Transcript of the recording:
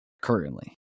currently